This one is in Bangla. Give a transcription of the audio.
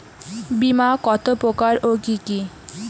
বীমা কত প্রকার ও কি কি?